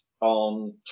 on